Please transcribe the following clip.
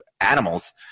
animals